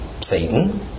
Satan